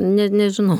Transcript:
net nežinau